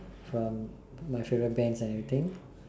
from my favourite bands and everything